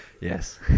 Yes